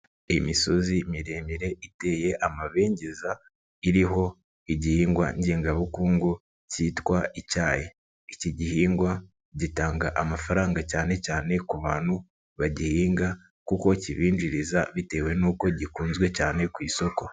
Imisozi miremire iteye amabengeza, iriho igihingwa ngengabukungu cyitwa icyayi, iki gihingwa gitanga amafaranga cyane cyane ku bantu bagihinga kuko kibinjiriza bitewe n'uko gikunzwe cyane ku isoko.